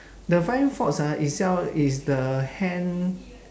the flying fox ah itself is the hand